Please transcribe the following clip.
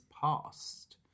past